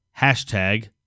hashtag